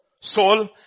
soul